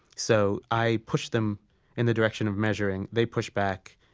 so i push them in the direction of measuring, they push back,